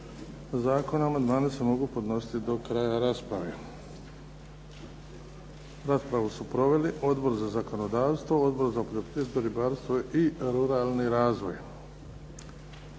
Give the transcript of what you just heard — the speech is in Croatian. zakona. Amandmani se mogu podnositi do kraja rasprave. Raspravu su proveli Odbor za zakonodavstvo, Odbor za poljoprivredu ribarstvo i ruralni razvoj.